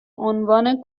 عنوان